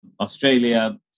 Australia